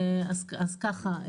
אז ככה.